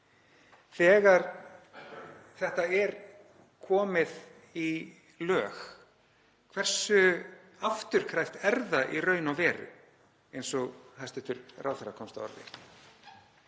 Þegar þetta er komið í lög, hversu afturkræft er það í raun og veru, eins og hæstv. ráðherra komst að orði?